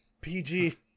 PG